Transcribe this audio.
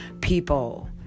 people